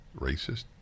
racist